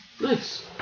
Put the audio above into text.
Nice